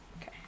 Okay